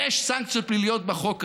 יש סנקציות פליליות בחוק הזה.